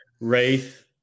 Wraith